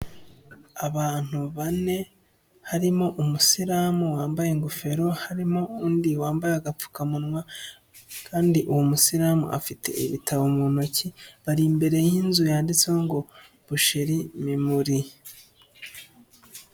Abantu bane harimo umusilamu wambaye ingofero, harimo undi wambaye agapfukamunwa kandi uwo musilamu afite ibitabo mu ntoki, bari imbere y'inzu yanditseho ngo BOUCHERE MIMULI.